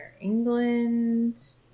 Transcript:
England